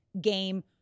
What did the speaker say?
game